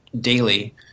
daily